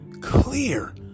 clear